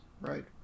right